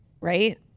right